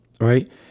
right